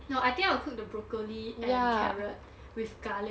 no I think I will cook the broccoli and carrot with garlic